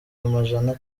majana